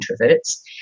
introverts